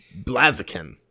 Blaziken